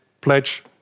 pledge